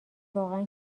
واقعا